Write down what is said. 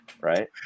Right